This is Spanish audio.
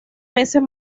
meses